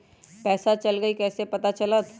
पैसा चल गयी कैसे पता चलत?